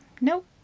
nope